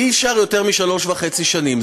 אי-אפשר יותר משלוש וחצי שנים.